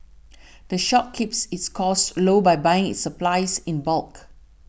the shop keeps its costs low by buying its supplies in bulk